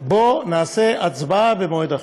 בוא נעשה הצבעה במועד אחר.